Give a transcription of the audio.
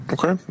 Okay